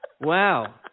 Wow